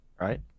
right